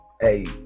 hey